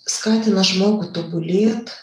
skatina žmogų tobulėt